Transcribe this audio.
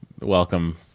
welcome